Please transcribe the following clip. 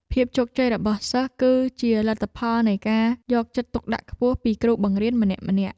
ភាពជោគជ័យរបស់សិស្សគឺជាលទ្ធផលនៃការយកចិត្តទុកដាក់ខ្ពស់ពីគ្រូបង្រៀនម្នាក់ៗ។